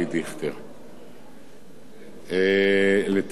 דיכטר, לתפקיד השר להגנת העורף.